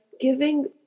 giving